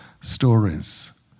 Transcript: stories